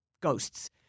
ghosts